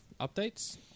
updates